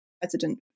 president